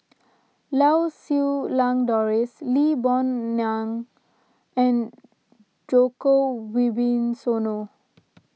Lau Siew Lang Doris Lee Boon Ngan and Djoko Wibisono